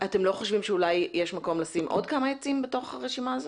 אתם לא חושבים שאולי יש מקום לשים עוד כמה עצים בתוך הרשימה הזאת?